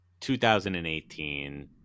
2018